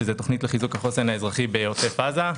שזו תכנית לחיזוק החוסן האזרחי בעוטף עזה.